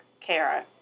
Kara